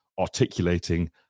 articulating